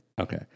Okay